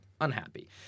unhappy